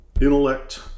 intellect